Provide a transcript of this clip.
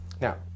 Now